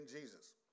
Jesus